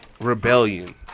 rebellion